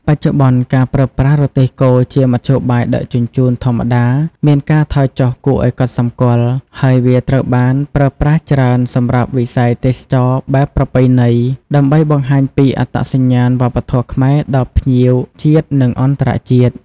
បច្ចុប្បន្ន ការប្រើប្រាស់រទេះគោជាមធ្យោបាយដឹកជញ្ជូនធម្មតាមានការថយចុះគួរឱ្យកត់សម្គាល់ ហើយវាត្រូវបានប្រើប្រាស់ច្រើនសម្រាប់ វិស័យទេសចរណ៍បែបប្រពៃណី ដើម្បីបង្ហាញពីអត្តសញ្ញាណវប្បធម៌ខ្មែរដល់ភ្ញៀវជាតិ និងអន្តរជាតិ ។